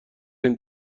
این